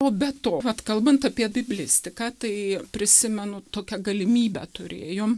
o be to vat kalbant apie biblistiką tai prisimenu tokią galimybę turėjom